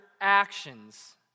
actions